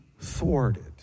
thwarted